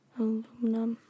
aluminum